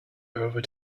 over